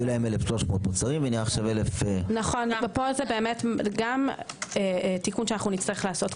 פה זה תיקון שנצטרך לעשות.